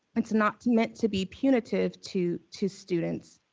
it's not meant to be punitive to to students.